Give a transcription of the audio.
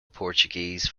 portuguese